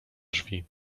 drzwi